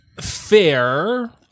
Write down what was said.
Fair